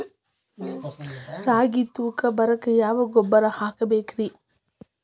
ರಾಗಿ ತೂಕ ಬರಕ್ಕ ಯಾವ ಗೊಬ್ಬರ ಹಾಕಬೇಕ್ರಿ?